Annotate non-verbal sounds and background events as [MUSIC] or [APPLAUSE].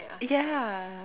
[NOISE] ya